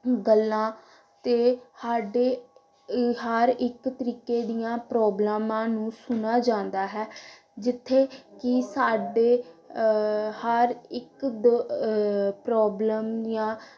ਗੱਲਾਂ ਅਤੇ ਸਾਡੇ ਹਰ ਇੱਕ ਤਰੀਕੇ ਦੀਆਂ ਪ੍ਰੋਬਲਮਾਂ ਨੂੰ ਸੁਣਿਆ ਜਾਂਦਾ ਹੈ ਜਿੱਥੇ ਕਿ ਸਾਡੇ ਹਰ ਇੱਕ ਦ ਪ੍ਰੋਬਲਮ ਜਾਂ